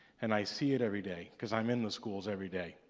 and i see it everyday because i'm in the schools everyday.